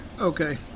Okay